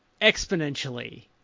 exponentially